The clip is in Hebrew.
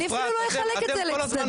אני אפילו לא אחלק את זה למגזרים אפרת,